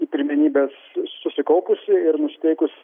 į pirmenybes susikaupusi ir nusiteikus